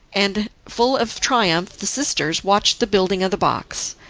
and, full of triumph, the sisters watched the building of the box,